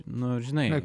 nu žinai